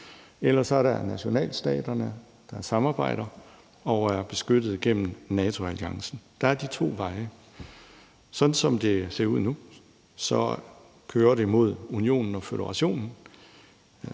Ellers er der nationalstaterne, der samarbejder og er beskyttet gennem NATO-alliancen. Der er de to veje. Sådan som det ser ud nu, kører det mod unionen og føderationen.